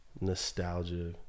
nostalgia